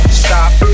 stop